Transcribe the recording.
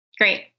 great